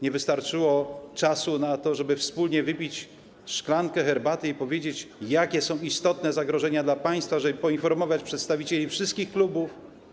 Nie wystarczyło czasu na to, żeby wspólnie wypić szklankę herbaty i powiedzieć, jakie są istotne zagrożenia dla państwa, żeby poinformować przedstawicieli wszystkich klubów?